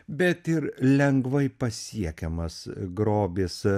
bet ir lengvai pasiekiamas grobis